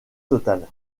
totale